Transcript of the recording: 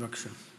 בבקשה.